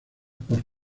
por